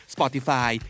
Spotify